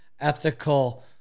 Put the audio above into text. ethical